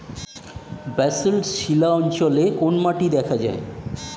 Basalt শিলা অঞ্চলে কোন মাটি দেখা যায়?